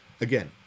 again